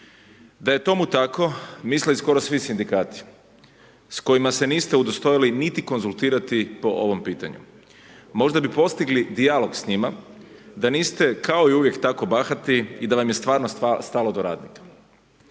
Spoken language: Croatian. Da je tomu tako, misle i skoro svi sindikati s kojima se niste udostojali niti konzultirati po ovom pitanju. Možda bi postigli dijalog s njima da niste kao i uvijek tako bahati i da vam je stvarno stalo do radnika.